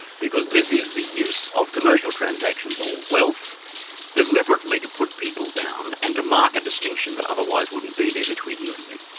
because this is the use of commercial transactions or wealth deliberately to put people down and to mark a distinction that otherwise wouldn't be there between you and me.